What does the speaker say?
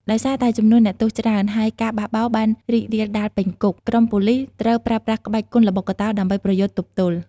ដោយសារតែចំនួនអ្នកទោសច្រើន ហើយការបះបោរបានរីករាលដាលពេញគុក ក្រុមប៉ូលិសត្រូវប្រើប្រាស់ក្បាច់គុនល្បុក្កតោដើម្បីប្រយុទ្ធទប់ទល់។